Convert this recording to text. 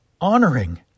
honoring